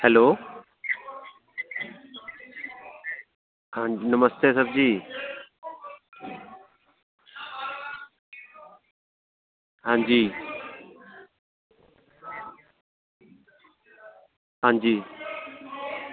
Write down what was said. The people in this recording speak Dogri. हैल्लो नमस्ते सर जी हां जी हां जी